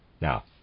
Now